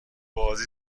بازی